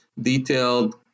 detailed